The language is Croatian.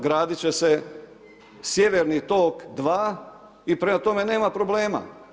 Gradit će se Sjeverni tok 2 i prema tome nema problema.